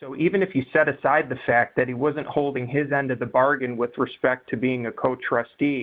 so even if you set aside the fact that he wasn't holding his end of the bargain with respect to being a coach trustee